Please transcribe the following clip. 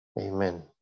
Amen